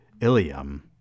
Ilium